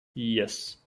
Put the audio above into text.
yes